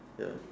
ya